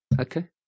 Okay